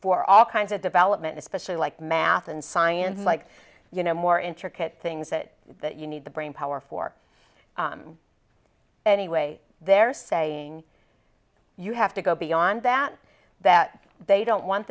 for all kinds of development especially like math and science like you know more intricate things that you need the brainpower for any way they're saying you have to go beyond that that they don't want